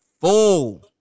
full